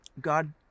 God